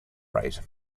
rate